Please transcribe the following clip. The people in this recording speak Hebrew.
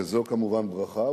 וזו כמובן ברכה,